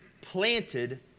planted